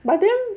but then